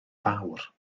fawr